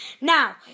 Now